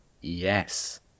yes